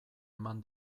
eman